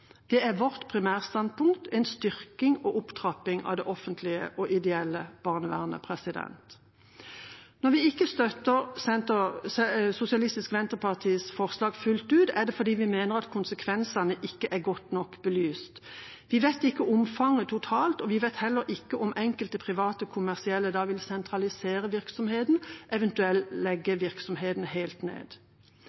Det er vårt primærstandpunkt – en styrking og en opptrapping av det offentlige og det ideelle barnevernet. Når vi ikke støtter SVs representantforslag fullt ut, er det fordi vi mener at konsekvensene ikke er godt nok belyst. Vi kjenner ikke omfanget totalt, og vi vet heller ikke om enkelte private kommersielle da vil sentralisere virksomheten, eventuelt legge